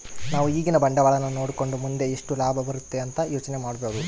ನಾವು ಈಗಿನ ಬಂಡವಾಳನ ನೋಡಕಂಡು ಮುಂದೆ ಎಷ್ಟು ಲಾಭ ಬರುತೆ ಅಂತ ಯೋಚನೆ ಮಾಡಬೋದು